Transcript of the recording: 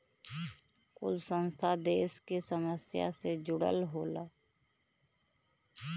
कुल संस्था देस के समस्या से जुड़ल होला